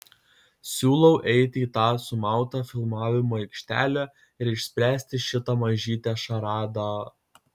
siūlau eiti į tą sumautą filmavimo aikštelę ir išspręsti šitą mažytę šaradą